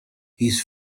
his